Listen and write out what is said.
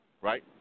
Right